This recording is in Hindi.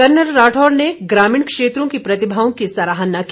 कर्नल राठौड़ ने ग्रामीण क्षेत्रों की प्रतिभाओं की सराहना की